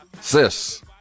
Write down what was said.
Sis